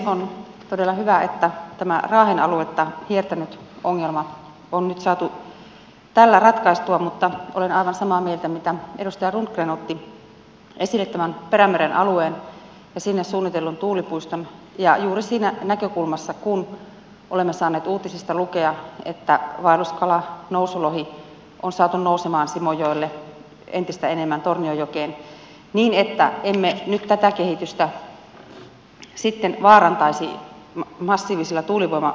on todella hyvä että tämä raahen aluetta hiertänyt ongelma on nyt saatu tällä ratkaistua mutta olen aivan samaa mieltä kuin edustaja rundgren joka otti esille tämän perämeren alueen ja sinne suunnitellun tuulipuiston ja juuri siitä näkökulmasta kuin olemme saaneet uutisista lukea että vaelluskala nousulohi on saatu nousemaan simojoelle entistä enemmän tornionjokeen niin että emme nyt tätä kehitystä sitten vaarantaisi massiivisilla tuulivoimapuistoilla